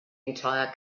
entire